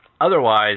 otherwise